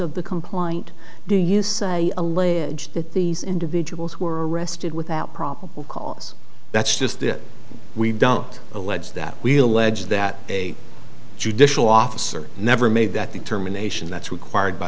of the compliant do you say alleged that these individuals were arrested without probable cause that's just it we don't allege that we'll ledge that a judicial officer never made that determination that's required by